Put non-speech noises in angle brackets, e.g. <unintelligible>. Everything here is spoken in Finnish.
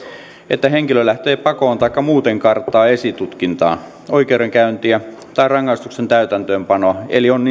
että henkilö lähtee pakoon taikka muuten karttaa esitutkintaa oikeudenkäyntiä tai rangaistuksen täytäntöönpanoa eli on <unintelligible>